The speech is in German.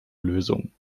lösung